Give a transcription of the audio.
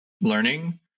learning